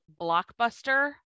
Blockbuster